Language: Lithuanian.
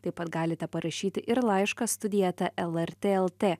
taip pat galite parašyti ir laišką studija eta lrt lt